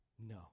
No